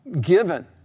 given